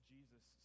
Jesus